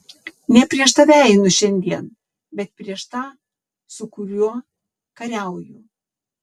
ne prieš tave einu šiandien bet prieš tą su kuriuo kariauju